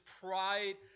pride